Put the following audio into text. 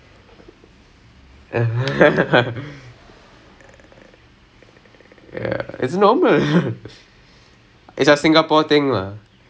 so I was like so I was like I was like why you guys like so affected by then they are இல்லை:illai ya I was like எப்போ கேள்வி கேட்டிருக்காங்கே:eppo kaelvi kaettirukaangae ya